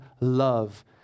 love